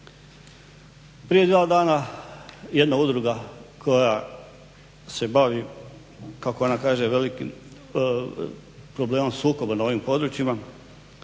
Prije 2 dana jedna udruga koja se bavi, kako ona kaže velikim problemom sukoba na ovim područjima,